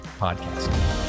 podcast